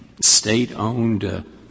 state-owned